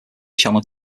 channel